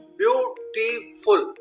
beautiful